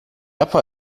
upper